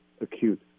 acute